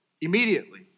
Immediately